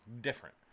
different